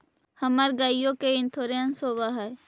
हमर गेयो के इंश्योरेंस होव है?